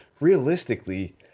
realistically